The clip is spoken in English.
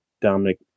Dominic